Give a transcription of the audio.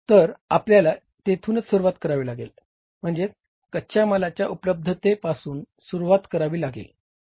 तर आपल्याला तेथूनच सुरुवात करावी लागेल म्हणजेच कच्या मालाच्या उप्लब्धतेपासून सुरुवात करावी लागेल